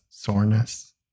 Soreness